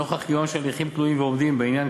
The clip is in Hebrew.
נוכח קיומם של הליכים תלויים ועומדים בעניין,